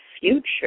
future